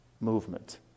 movement